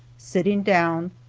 sitting down,